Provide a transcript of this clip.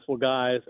guys